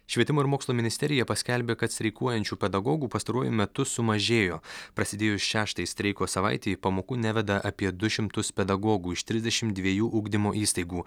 švietimo ir mokslo ministerija paskelbė kad streikuojančių pedagogų pastaruoju metu sumažėjo prasidėjus šeštai streiko savaitei pamokų neveda apie du šimtus pedagogų iš trisdešim dviejų ugdymo įstaigų